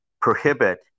prohibit